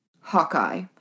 Hawkeye